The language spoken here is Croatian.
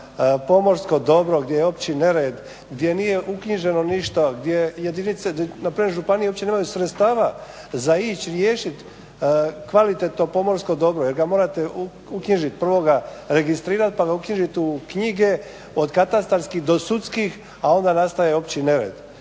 pomorsko dobro gdje je opći nered gdje nije uknjiženo ništa, gdje jedinice, npr. županije uopće nemaju sredstava za ići riješiti kvalitetno pomorsko dobro jer ga morate uknjižit, prvo ga registrirat pa ga uknjižit u knjige od katastarskih do sudskih a onda nastaje opći nered